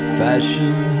fashion